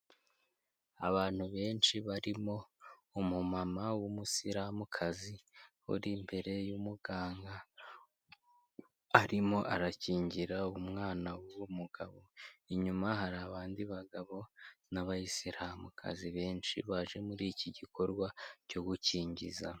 Abantu benshi barimo umumama w'umusiramukazi uri imbere y'umuganga, arimo arakingira umwana w'uwo mugabo, inyuma hari abandi bagabo n'abayisiramukazi benshi baje muri iki gikorwa cyo gukingiza.